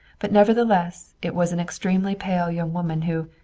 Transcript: but nevertheless it was an extremely pale young woman who,